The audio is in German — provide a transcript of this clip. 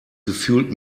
gefühlt